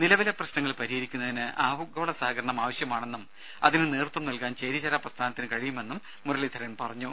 നിലവിലെ പ്രശ്നങ്ങൾ പരിഹരിക്കുന്നതിന് ആഗോള സഹകരണം ആവശ്യമാണെന്നും അതിന് നേതൃത്വം നൽകാൻ ചേരിചേരാ പ്രസ്ഥാനത്തിന് കഴിയുമെന്നും മുരളീധരൻ പറഞ്ഞു